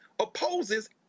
opposes